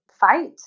fight